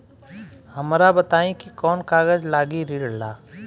हमरा बताई कि कौन कागज लागी ऋण ला?